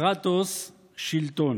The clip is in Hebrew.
קרטוס, שלטון.